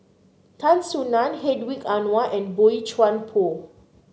Tan Soo Nan Hedwig Anuar and Boey Chuan Poh